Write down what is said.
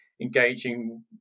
engaging